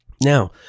Now